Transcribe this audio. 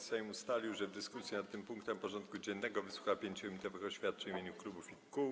Sejm ustalił, że w dyskusji nad tym punktem porządku dziennego wysłucha 5-minutowych oświadczeń w imieniu klubów i kół.